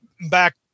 back